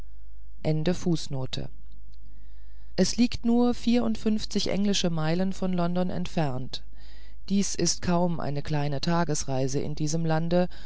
es liegt nur vierundfünfzig englische meilen von london entfernt dies ist kaum eine kleine tagesreise in diesem lande